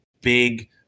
big